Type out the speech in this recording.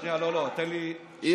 שנייה, לא, לא, תן לי הזדמנות להסביר.